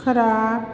ख़राब